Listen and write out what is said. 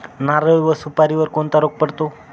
नारळ व सुपारीवर कोणता रोग पडतो?